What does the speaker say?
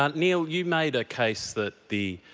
um niall, you made a case that the